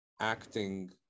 acting